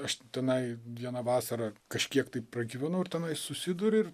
aš tenai vieną vasarą kažkiek tai pragyvenau ir tenai susiduri